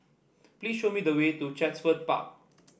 please show me the way to Chatsworth Park